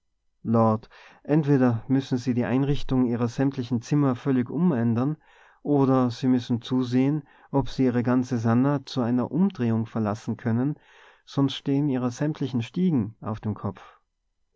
lord entweder müssen sie die einrichtung ihrer sämtlichen zimmer völlig umändern oder sie müssen zusehen ob sie ihre ganze sannah zu einer umdrehung veranlassen können sonst stehen ihre sämtlichen stiegen auf dem kopf